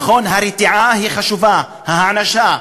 נכון, הרתעה היא חשובה, הענשה,